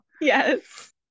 Yes